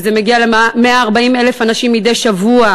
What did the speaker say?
וזה מגיע מדי שבוע